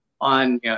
on